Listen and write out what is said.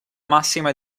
massima